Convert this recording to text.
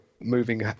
moving